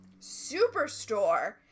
Superstore